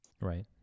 Right